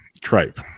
tripe